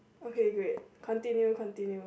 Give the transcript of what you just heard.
okay great continue continue